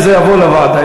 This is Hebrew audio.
שזה יעבור לוועדה,